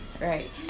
Right